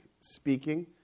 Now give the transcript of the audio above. speaking